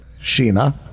Sheena